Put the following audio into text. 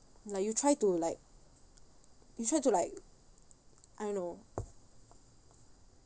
like you try to like you try to like I don't know